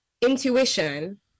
intuition